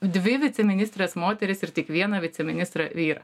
dvi viceministres moteris ir tik vieną viceministrą vyrą